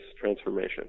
transformation